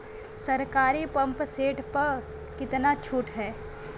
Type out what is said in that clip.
सरकारी pump set प कितना छूट हैं?